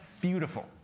beautiful